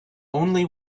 only